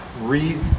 Read